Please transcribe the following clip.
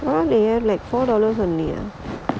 oh dear like four dollars only ah